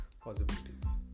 possibilities